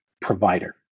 provider